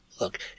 Look